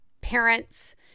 parents